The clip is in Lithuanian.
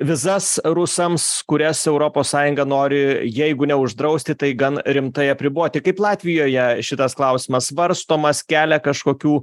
vizas rusams kurias europos sąjunga nori jeigu ne uždrausti tai gan rimtai apriboti kaip latvijoje šitas klausimas svarstomas kelia kažkokių